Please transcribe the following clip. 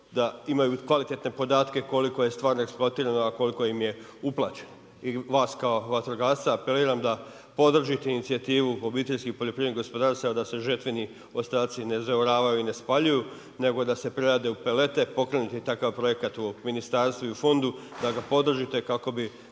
da imaju kvalitetne podatke koliko je stvarno eksploatirano, a koliko im je uplaćeno. I vas kao vatrogasca apeliram da podržite inicijativu OPG-a da se žetveni ostaci ne zaoravaju i ne spaljuju nego da se prerade pelete, pokrenut je takav projekat u ministarstvu i u fondu da ga podržite kako bi